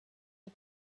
the